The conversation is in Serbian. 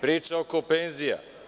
Priča oko penzija?